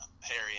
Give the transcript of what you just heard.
Harry